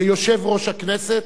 כיושב-ראש הכנסת,